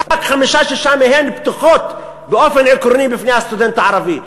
ורק חמש או שש מהן פתוחות באופן עקרוני בפני הסטודנט הערבי.